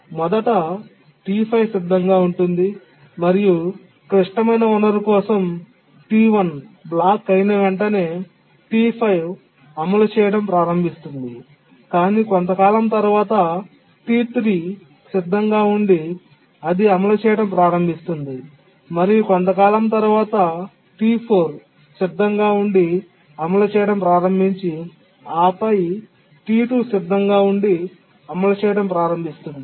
మొదటి T5 సిద్ధంగా ఉంటుంది మరియు క్లిష్టమైన వనరు కోసం T1 బ్లాక్ అయిన వెంటనే T5 అమలు చేయడం ప్రారంభిస్తుంది కానీ కొంతకాలం తర్వాత T3 సిద్ధంగా ఉండి అది అమలు చేయడం ప్రారంభిస్తుంది మరియు కొంతకాలం తర్వాత T4 సిద్ధంగా ఉండి అమలు చేయడం ప్రారంభించి ఆపై T2 సిద్ధంగా ఉండి అమలు చేయడం ప్రారంభిస్తుంది